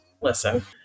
listen